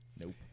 Nope